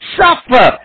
suffer